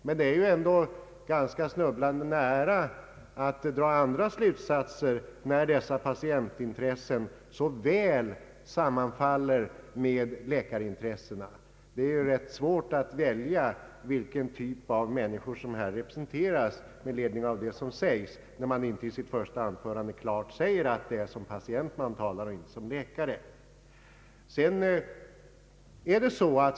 Men det ligger ändå snubblande nära till hands att dra andra slutsatser när dessa patientintressen så väl sammanfaller med läkarintressena. Det är med ledning av vad som anförts svårt att veta vilken grupp av människor som representeras när han i sitt första anförande inte klart angav att det är i egenskap av patient och icke som läkarrepresentant han talar.